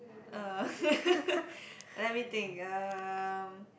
uh let me think uh